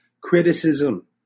criticism